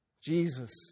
Jesus